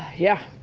yeah,